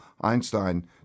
Einstein